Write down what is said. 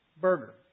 burger